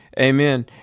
amen